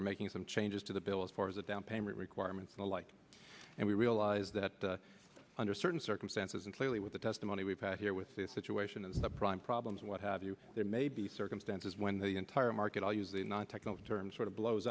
we're making some changes to the bill as far as a down payment requirements and the like and we realize that under certain circumstances and clearly with the testimony we've had here with the situation in the subprime problems and what have you there may be circumstances when the entire market i'll use the non technical term sort of blows